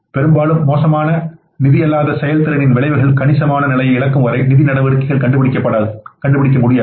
பெரும்பாலும் மோசமான நிதி அல்லாத செயல்திறனின் விளைவுகள் கணிசமான நிலையை இழக்கும் வரை நிதி நடவடிக்கைகளில் காண்பிக்கப்படாது